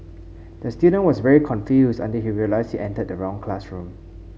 the student was very confused until he realised he entered the wrong classroom